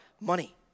money